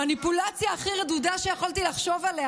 מניפולציה הכי רדודה שיכולתי לחשוב עליה,